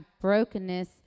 brokenness